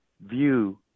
view